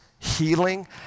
Healing